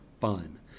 fun